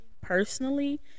personally